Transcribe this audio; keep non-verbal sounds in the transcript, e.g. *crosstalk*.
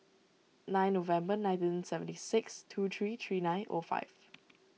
nine November nineteen sevent six two three three nine O five *noise*